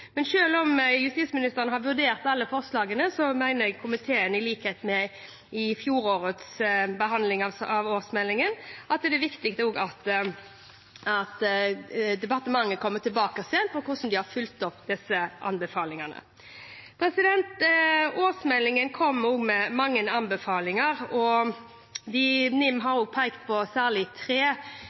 Men selv om justisministeren har vurdert alle forslagene, mener komiteen, i likhet med i fjorårets behandling av årsmeldingen, at det også er viktig at departementet kommer tilbake igjen med hvordan de har fulgt opp disse anbefalingene. Årsmeldingen kommer også med mange anbefalinger, og NIM har pekt på særlig tre